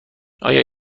آیا